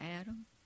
Adam